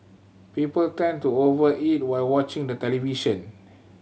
people tend to over eat while watching the television